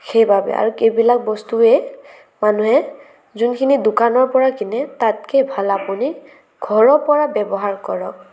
সেইবাবে আৰু এইবিলাক বস্তুৱে মানুহে যোনখিনি দোকানৰ পৰা কিনে তাতকে ভাল আপুনি ঘৰৰ পৰা ব্যৱহাৰ কৰক